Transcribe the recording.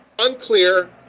Unclear